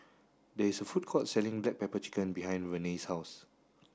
there is a food court selling black pepper chicken behind Renae's house